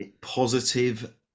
Positive